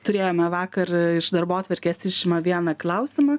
turėjome vakar iš darbotvarkės išima vieną klausimą